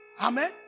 amen